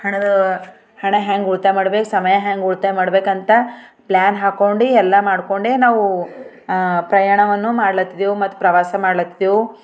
ಹಣದ ಹಣ ಹ್ಯಾಂಗೆ ಉಳಿತಾಯ ಮಾಡಬೇಕು ಸಮಯ ಹ್ಯಾಂಗೆ ಉಳಿತಾಯ ಮಾಡ್ಬೇಕಂತ ಪ್ಲಾನ್ ಹಾಕ್ಕೊಂಡು ಎಲ್ಲ ಮಾಡ್ಕೊಂಡೆ ನಾವು ಪ್ರಯಾಣವನ್ನು ಮಾಡ್ಲತ್ತಿದ್ದೆವು ಮತ್ತೆ ಪ್ರವಾಸ ಮಾಡ್ಲತ್ತಿದ್ದೆವು